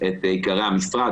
את עיקרי המשרד.